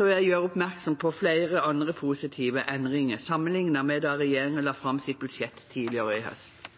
vil jeg gjøre oppmerksom på flere andre positive endringer sammenlignet med da regjeringen la fram sitt budsjett tidligere i høst.